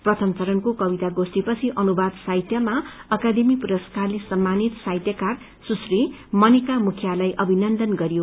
प्रथम चरणको कविता गोष्ठीपछि अनुवाद साहित्यमा अकादमी पुरस्कारले सम्मानित साहित्यकार सुश्री मणिका मुखियलाई अभिनन्दन गरियो